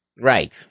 Right